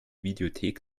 videothek